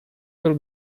will